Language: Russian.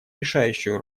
решающую